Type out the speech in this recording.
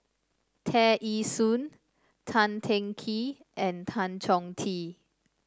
Tear Ee Soon Tan Teng Kee and Tan Chong Tee